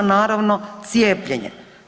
Naravno cijepljenje.